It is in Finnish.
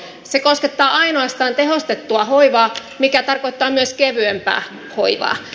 se koskettaa ainoastaan tehostettua hoivaa mikä tarkoittaa myös kevyempää hoivaa